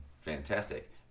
fantastic